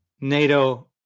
NATO